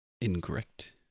Incorrect